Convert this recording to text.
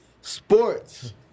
sports